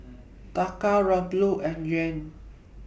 Taka Ruble and Yuan